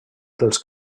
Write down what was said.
dels